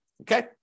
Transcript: okay